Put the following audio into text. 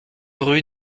rue